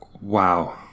Wow